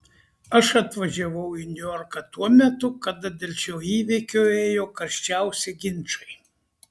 aš atvažiavau į niujorką tuo metu kada dėl šio įvykio ėjo karščiausi ginčai